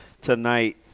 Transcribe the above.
tonight